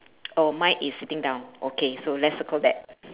oh mine is sitting down okay so let's circle that